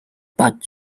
but